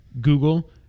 Google